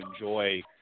enjoy